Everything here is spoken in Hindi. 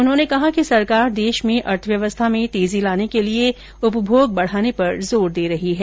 उन्होंने कहा कि सरकार देश में अर्थव्यवस्था मे तेजी लाने के लिए उपभोग बढाने पर जोर दे रही है